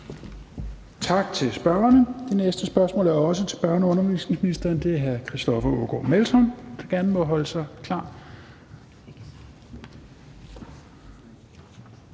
Tak til spørgeren. Det næste spørgsmål er også til børne- og undervisningsministeren, og det er stillet af hr. Christoffer Aagaard Melson, som gerne må holde sig klar.